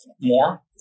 more